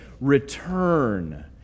return